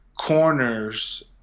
corners